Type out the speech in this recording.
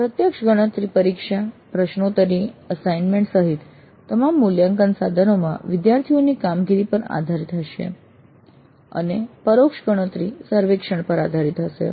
પ્રત્યક્ષ ગણતરી પરીક્ષા પ્રશ્નોત્તરી અસાઈન્મેન્ટ સહિત તમામ મૂલ્યાંકન સાધનોમાં વિદ્યાર્થીઓની કામગીરી પર આધારિત હશે અને પરોક્ષ ગણતરી સર્વેક્ષણ પર આધારિત હશે